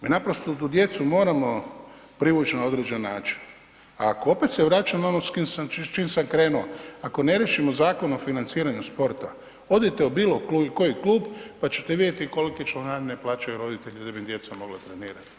Mi naprosto tu djecu moramo privući na određeni način, a ako opet se vraćam na ono s čim sam krenuo, ako ne riješimo Zakon o financiranju sporta, odite u bilo koji klub pa ćete vidjeti kolike članarine plaćaju roditelji da bi im djeca mogla trenirati.